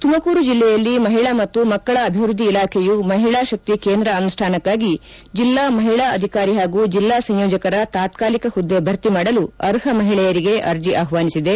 ತುಮಕೂರು ಜಿಲ್ಲೆಯಲ್ಲಿ ಮಹಿಳಾ ಮತ್ತು ಮಕ್ಕಳ ಅಭಿವೃದ್ದಿ ಇಲಾಖೆಯು ಮಹಿಳಾ ಶಕ್ತಿ ಕೇಂದ್ರ ಅನುಷ್ಠಾನಕಾಗಿ ಜಿಲ್ಲಾ ಮಹಿಳಾ ಅಧಿಕಾರಿ ಹಾಗೂ ಜಿಲ್ಲಾ ಸಂಯೋಜಕರ ತಾತ್ನಾಲಕ ಹುದ್ದೆ ಭರ್ತಿ ಮಾಡಲು ಅರ್ಹ ಮಹಿಳೆಯರಿಗೆ ಅರ್ಜಿ ಆಹ್ವಾನಿಸಿದೆ